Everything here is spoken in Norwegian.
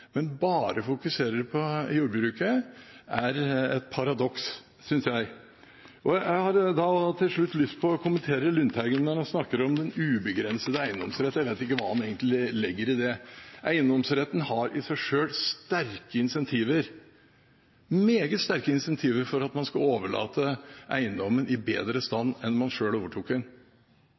bare fokuserer på jordbruket, er et paradoks, synes jeg. Til slutt har jeg lyst til å kommentere representanten Lundteigen når han snakker om den ubegrensede eiendomsrett. Jeg vet ikke hva han egentlig legger i det. Eiendomsretten har i seg selv sterke incentiver – meget sterke incentiver – for at man skal overlate eiendommen i bedre stand enn den var da man selv overtok den.